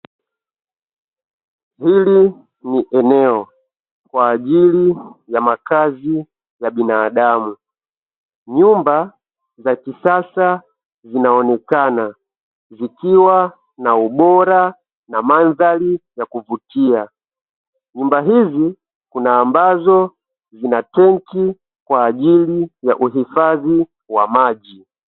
Hili ni eneo kwa ajili ya makazi ya binadamu nyumba za kisasa zinaonekana zikiwa na ubora na madhari ya kuvutia, nyumba hizi kuna ambazo zina tenki kwa ajili ya uhifadhi wa maji.